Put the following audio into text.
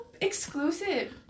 exclusive